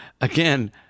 again